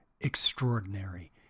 extraordinary